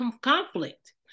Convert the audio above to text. conflict